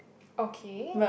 okay